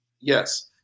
Yes